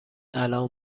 الآن